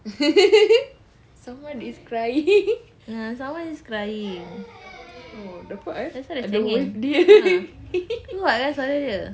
someone is crying oh dapat eh ada voice dia